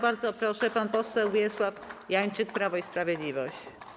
Bardzo proszę, pan poseł Wiesław Janczyk, Prawo i Sprawiedliwość.